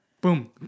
Boom